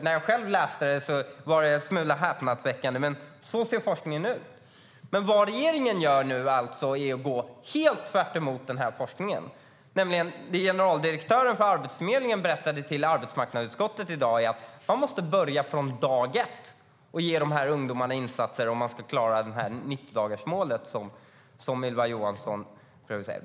När jag själv tog del av detta fann jag det en smula häpnadsväckande, men så ser forskningen ut. Det regeringen nu gör går tvärtemot forskningen. Det som generaldirektören för Arbetsförmedlingen berättade för arbetsmarknadsutskottet i dag var att man måste börja från dag ett och erbjuda insatser om 90-dagarsmålet ska kunna klaras.